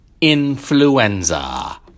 influenza